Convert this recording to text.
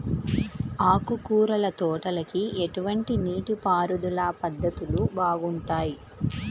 ఆకుకూరల తోటలకి ఎటువంటి నీటిపారుదల పద్ధతులు బాగుంటాయ్?